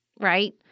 Right